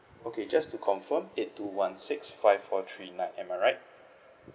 okay just to confirm eight two one six five four three nine am I right